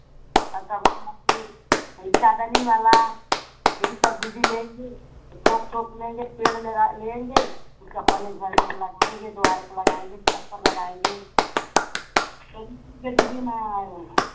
आ तब न ले कि यह चाँदनी वाला यह सब दीदी लेंगे थोक थोक लेंगे पेड़ लगा लेंगे तो अपने घर में हम लगाएँगे द्वार पर लगाएँगे छत पर लगाएँगे चलिए ठीक है दीदी मैं आ रही हूँ